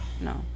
No